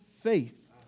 faith